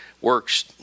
works